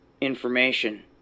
information